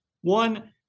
One